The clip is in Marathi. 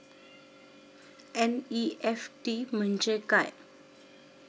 एन.इ.एफ.टी म्हणजे काय?